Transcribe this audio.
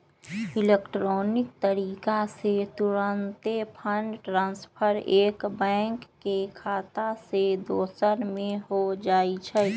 electronic तरीका से तूरंते फंड ट्रांसफर एक बैंक के खता से दोसर में हो जाइ छइ